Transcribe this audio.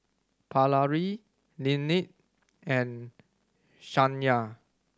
Paralee Linette and Shayna